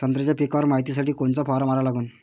संत्र्याच्या पिकावर मायतीसाठी कोनचा फवारा मारा लागन?